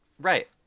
Right